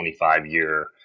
25-year